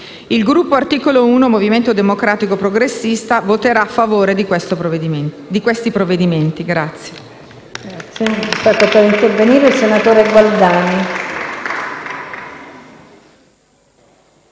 Il Gruppo Articolo 1-Movimento Democratico Progressista voterà dunque a favore di questi provvedimenti.